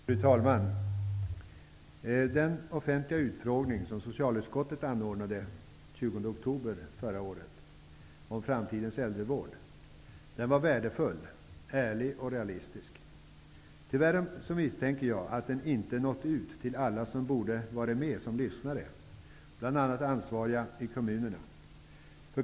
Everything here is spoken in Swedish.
Fru talman! Den offentliga utfrågning som socialutskottet anordnade den 20 oktober 1992 om framtidens äldrevård var värdefull, ärlig och realistisk. Tyvärr misstänker jag att den inte har nått ut till alla som borde ha varit med som lyssnare, bl.a. de ansvariga i kommunerna.